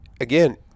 again